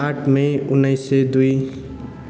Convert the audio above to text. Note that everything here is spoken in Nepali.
आठ मई उन्नाइस सय दुई